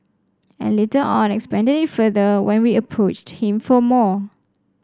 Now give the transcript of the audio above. and later on expanded it further when we approached him for more